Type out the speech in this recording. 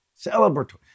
celebratory